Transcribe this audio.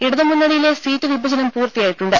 ഇടതുമുന്നണിയിലെ seat വിഭജനം പൂർത്തിയായിട്ടുണ്ട്